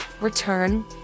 return